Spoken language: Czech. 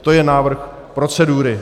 To je návrh procedury.